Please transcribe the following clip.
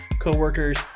coworkers